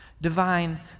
divine